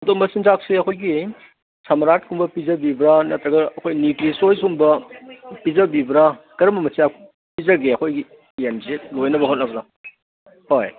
ꯑꯗꯨ ꯃꯆꯤꯟꯖꯥꯛꯁꯦ ꯑꯩꯈꯣꯏꯒꯤ ꯁꯃꯔꯥꯠ ꯀꯨꯝꯕ ꯄꯤꯖꯕꯤꯕ꯭ꯔꯥ ꯅꯠꯇ꯭ꯔꯒ ꯑꯩꯈꯣꯏ ꯅꯤꯎꯇ꯭ꯔꯤ ꯆꯣꯏꯁ ꯀꯨꯝꯕ ꯄꯤꯖꯕꯤꯕ꯭ꯔꯥ ꯀꯔꯝꯕ ꯃꯆꯤꯟꯖꯥꯛ ꯄꯤꯖꯒꯦ ꯑꯩꯈꯣꯏꯒꯤ ꯌꯦꯟꯁꯦ ꯂꯣꯏꯅꯕ ꯍꯣꯠꯅꯕꯗ ꯍꯣꯏ